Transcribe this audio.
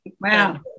Wow